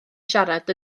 siarad